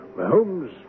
Holmes